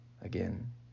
again